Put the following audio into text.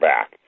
Back